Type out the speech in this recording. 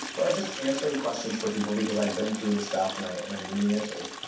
where i was just answering questions for people, because i've been through this stuff and i and i knew the answers.